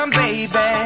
baby